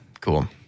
cool